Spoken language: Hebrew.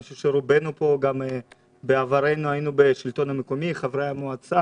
אני חושב שרובנו בעברנו היינו בשלטון המקומי כחברי מועצה